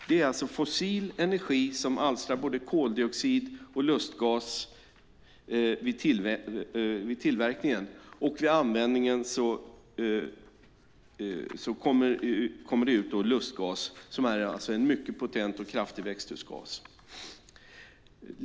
Det är alltså fossil energi som alstrar både koldioxid och lustgas vid tillverkningen, och vid användningen frigörs lustgas, som är en mycket potent och kraftig växthusgas.